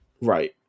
Right